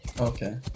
Okay